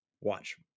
Watch